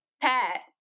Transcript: Pat